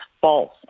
false